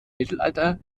mittelalter